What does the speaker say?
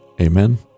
Amen